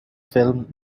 film